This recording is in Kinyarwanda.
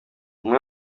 umwe